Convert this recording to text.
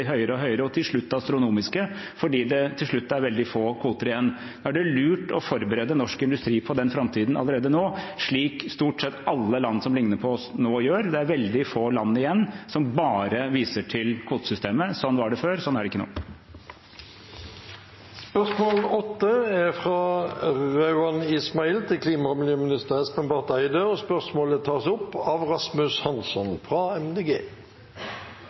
og høyere og til slutt astronomiske fordi det da er veldig få kvoter igjen. Det er lurt å forberede norsk industri på den framtiden allerede nå, slik stort sett alle land som ligner på oss, nå gjør. Det er veldig få land igjen som bare viser til kvotesystemet. Sånn var det før, sånn er det ikke nå. Dette spørsmålet, fra representanten Rauand Ismail til klima- og miljøministeren, tas opp av representanten Rasmus Hansson.